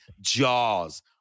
Jaws